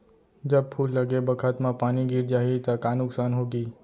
जब फूल लगे बखत म पानी गिर जाही त का नुकसान होगी?